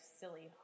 silly